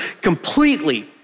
completely